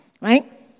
right